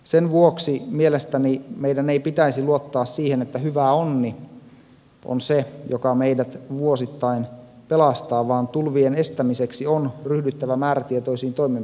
sen vuoksi mielestäni meidän ei pitäisi luottaa siihen että hyvä onni on se joka meidät vuosittain pelastaa vaan tulvien estämiseksi on ryhdyttävä määrätietoisiin toimenpiteisiin